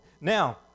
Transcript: Now